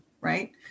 right